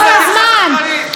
לא, אני נואמת נאום עקרוני,